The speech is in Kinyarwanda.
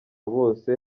bose